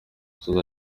asoza